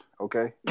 okay